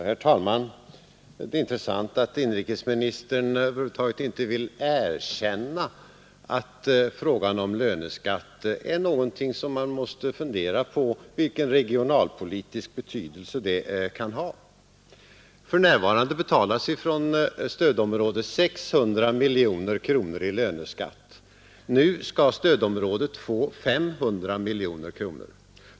Herr talman! Det är intressant att inrikesministern över huvud taget inte vill erkänna att man måste fundera på vilken regionalpolitisk betydelse frågan om löneskatten kan ha. För närvarande betalas från stödområdet 600 miljoner kronor i löneskatt. Nu föreslås att stödområdet skall få 500 miljoner kronor.